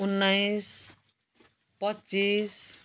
उन्नाइस पच्चिस